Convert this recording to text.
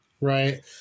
Right